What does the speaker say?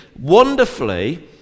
wonderfully